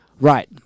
Right